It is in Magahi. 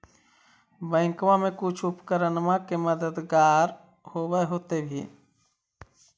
बैंकबा से कुछ उपकरणमा के मददगार होब होतै भी?